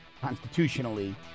constitutionally